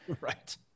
Right